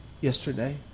yesterday